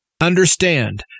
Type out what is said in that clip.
understand